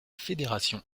fédération